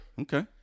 Okay